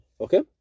Okay